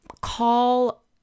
call